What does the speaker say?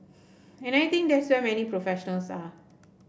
and I think that's where many professionals are